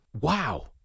Wow